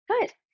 Good